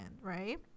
right